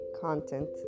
content